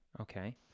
Okay